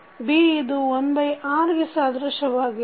B ಇದು 1R ಗೆ ಸಾದೃಶ್ಯವಾಗಿದೆ